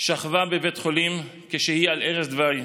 שכבה בבית חולים כשהיא על ערש דוויי.